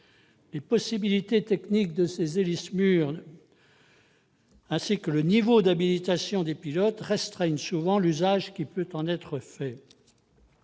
Les possibilités techniques de ces appareils ainsi que le niveau d'habilitation des pilotes restreignent souvent l'usage qui peut en être fait.